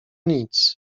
nic